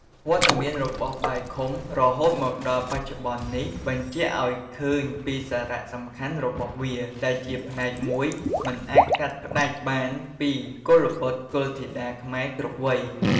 វត្តមានរបស់បាយខុំរហូតមកដល់បច្ចុប្បន្ននេះ បញ្ជាក់ឲ្យឃើញពីសារៈសំខាន់របស់វា ដែលជាផ្នែកមួយមិនអាចកាត់ផ្ដាច់បានពីកុលបុត្រកុលធីតាខ្មែរគ្រប់វ័យ។